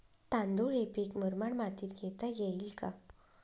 तांदूळ हे पीक मुरमाड मातीत घेता येईल का?